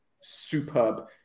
superb